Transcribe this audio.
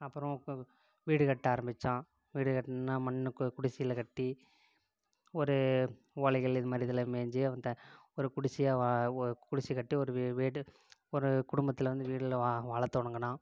அப்பறம் வீடு கட்ட ஆரம்பித்தான் வீடு கட்டணுன்னா மண் குடிசைல கட்டி ஒரு ஓலைகள் இதுமாதிரி இதையெல்லாம் மேஞ்சு அப்புறம் அந்த ஒரு குடுசையா ஒரு குடிச கட்டி ஒரு வீடு ஒரு குடும்பத்தில் வந்து வீட்டுல வாழ தொடங்குனான்